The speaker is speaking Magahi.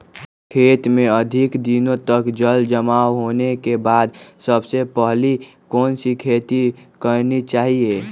खेत में अधिक दिनों तक जल जमाओ होने के बाद सबसे पहली कौन सी खेती करनी चाहिए?